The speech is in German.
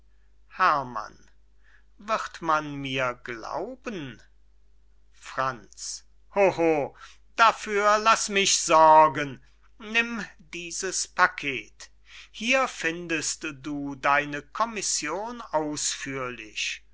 herrmann wird man mir glauben franz hoho dafür laß mich sorgen nimm dieses paket hier findest du deine kommission ausführlich